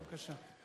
בבקשה.